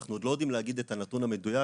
אנחנו עוד לא יודעים להגיד את הנתון המדויק